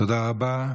תודה.